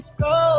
go